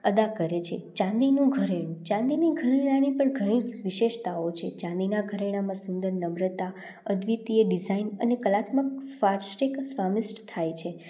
અદા કરે છે ચાંદીનું ઘરેણું ચાંદીના ઘરેણાંની પણ ઘણી વિશેષતાઓ છે ચાંદીના ઘરેણાંમાં સુંદર નમ્રતા અને અદ્વિતીય ડિઝાઈન અને કલાત્મક ફામીસ્ટ થાય છે